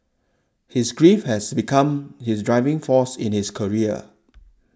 his grief has become his driving force in his career